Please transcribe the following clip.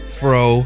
fro